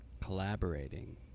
collaborating